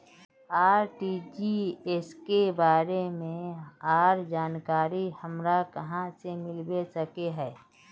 RTGS के बारे में आर जानकारी हमरा कहाँ से मिलबे सके है?